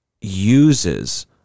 uses